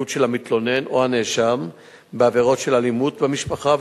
של המתלונן או הנאשם בעבירות של אלימות במשפחה,